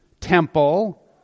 temple